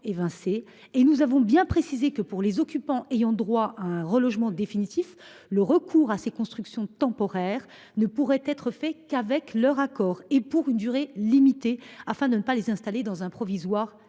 elle a bien précisé que, pour les occupants ayant droit à un relogement définitif, le recours à ces constructions temporaires ne pourrait se faire qu’avec leur accord et pour une durée limitée, afin de ne pas les installer dans un provisoire qui